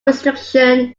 restriction